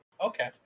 Okay